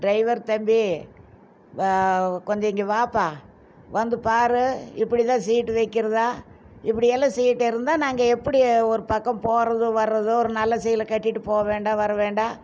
driver தம்பி வ கொஞ்சம் இங்கே வாப்பா வந்து பாரு இப்படி தான் சீட்டு வைக்கிறதா இப்படி எல்லாம் சீட்டு இருந்தால் நாங்கள் எப்படி ஒரு பக்கம் போகிறதும் வரதும் ஒரு நல்ல சீலை கட்டிகிட்டு போக வேண்டாமா வர வேண்டாமா